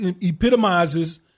epitomizes